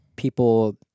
People